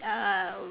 uh